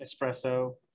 espresso